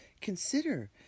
consider